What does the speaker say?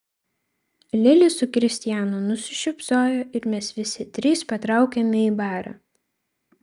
lili su kristijanu nusišypsojo ir mes visi trys patraukėme į barą